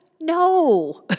No